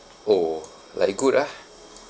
oh like good ah